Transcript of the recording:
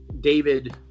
David